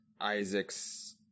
Isaac's